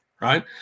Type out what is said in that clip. Right